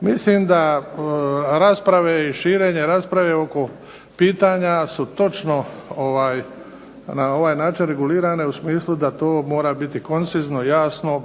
Mislim da rasprave i širenje rasprave oko pitanja su točno na ovaj način regulirana u smislu da to mora biti koncizno, jasno